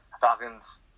Falcons